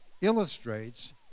illustrates